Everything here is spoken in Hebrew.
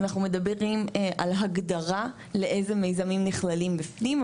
אנחנו מדברים על הגדרה לאיזה מיזמים נכללים בפנים,